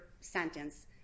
sentence